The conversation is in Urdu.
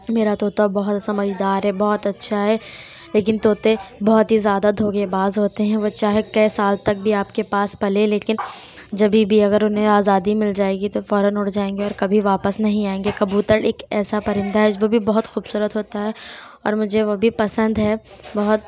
میرا طوطا بہت سمجھدار ہے بہت اچھا ہے لیکن طوطے بہت ہی زیادہ دھوکے باز ہوتے ہیں وہ چاہے کئی سال تک بھی آپ کے پاس پلے لیکن جب بھی اگر انہیں آزادی مل جائے گی تو فوراً اڑ جائیں گے اور کبھی واپس نہیں آئیں گے کبوتر ایک ایسا پرندہ ہے جوکہ بہت خوبصورت ہوتا ہے اور مجھے وہ بھی پسند ہے بہت